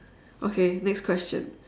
okay next question